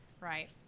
right